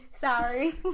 sorry